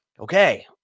okay